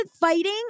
fighting